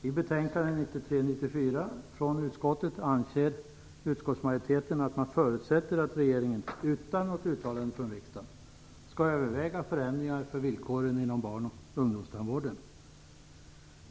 I betänkandet från 1993/94 från utskottet anger utskottsmajoriteten att man förutsätter att regeringen, utan något uttalande från riksdagen, skall överväga förändringar för villkoren inom barn och ungdomstandvården.